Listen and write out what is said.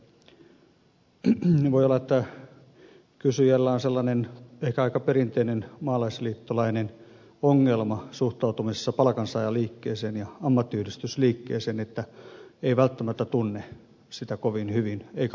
voi olla että kysyjällä on sellainen ehkä aika perinteinen maalaisliittolainen ongelma suhtautumisessa palkansaajaliikkeeseen ja ammattiyhdistysliikkeeseen että ei välttämättä tunne sitä kovin hyvin eikä omakohtaisesti